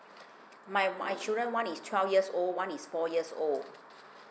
my my children one is twelve years old one is four years old